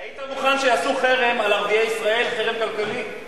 היית מוכן שיעשו חרם על ערביי ישראל, חרם כלכלי?